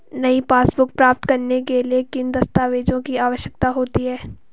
नई पासबुक प्राप्त करने के लिए किन दस्तावेज़ों की आवश्यकता होती है?